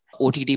OTT